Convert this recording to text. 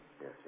Yes